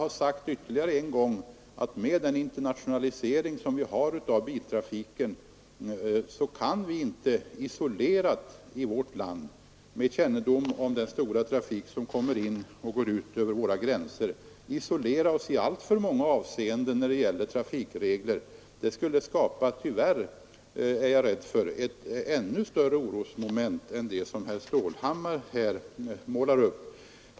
Jag vill därför gärna ännu en gång säga att med den internationalisering som vi har av biltrafiken kan vi inte — enbart i vårt land och med kännedom om den starka trafik som kommer in och går ut över våra gränser — isolera oss i alltför många avseenden när det gäller trafikregler. Jag är rädd för att detta skulle skapa ännu större orosmoment än herr Stålhammar här har målat upp.